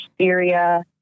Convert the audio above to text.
Syria